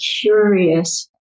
curious